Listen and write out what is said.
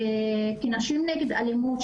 כנשים נגד אלימות,